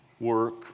work